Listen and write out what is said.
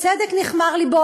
בצדק נכמר לבו,